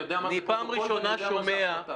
אני יודע מה זה פרוטוקול ואני יודע מה זה החלטה.